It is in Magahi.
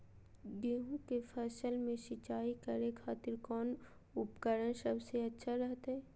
गेहूं के फसल में सिंचाई करे खातिर कौन उपकरण सबसे अच्छा रहतय?